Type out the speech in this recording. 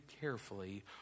carefully